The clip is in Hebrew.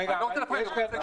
אוקי - תודה, מיצינו.